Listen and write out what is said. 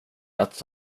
att